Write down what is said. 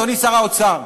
אדוני שר האוצר,